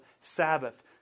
Sabbath